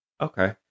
Okay